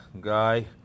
guy